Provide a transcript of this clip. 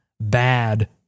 bad